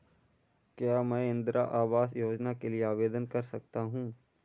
क्या मैं इंदिरा आवास योजना के लिए आवेदन कर सकता हूँ?